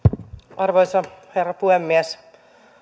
arvoisa herra puhemies